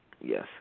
Yes